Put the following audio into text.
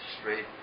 straight